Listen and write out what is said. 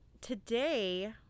Today